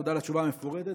תודה על התשובה המפורטת,